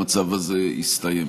המצב הזה יסתיים.